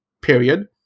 period